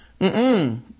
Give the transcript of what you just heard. -mm